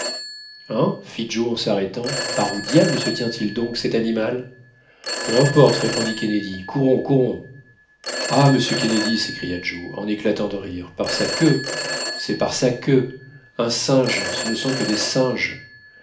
hein fit joe en s'arrêtant par où diable se tient-il donc cet animal peu importe répondit kennedy courons courons ah monsieur kennedy s'écria joe en éclatant de rire par sa queue c'est par sa queue un singe ce ne sont que des singes